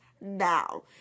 now